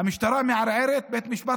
המשטרה מערערת ובית המשפט